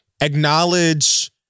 acknowledge